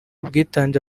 ubwitange